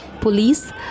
police